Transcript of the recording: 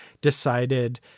decided